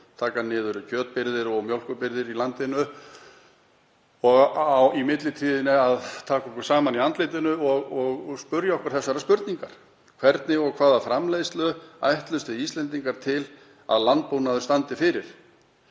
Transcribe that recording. taka niður kjötbirgðir og mjólkurbirgðir í landinu og í millitíðinni taka okkur saman í andlitinu og spyrja okkur þessarar spurningar: Hvernig og hvaða framleiðslu ætlumst við Íslendingar til að landbúnaður standa fyrir?